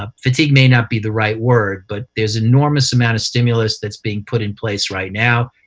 ah fatigue may not be the right word, but there's enormous amount of stimulus that's being put in place right now.